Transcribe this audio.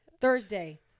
Thursday